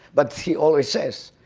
but he always says,